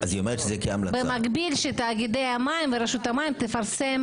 במקביל שתאגידי המים ורשות המים תפרסם